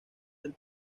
del